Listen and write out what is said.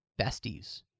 besties